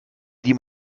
die